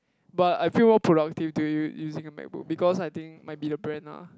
but I feel more productive to you using a MacBook because I think might be the brand ah